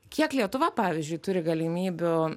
kiek lietuva pavyzdžiui turi galimybių